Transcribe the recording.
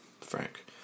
Frank